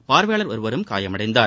பார்வையாளர் ஒருவரும் காயமடைந்தார்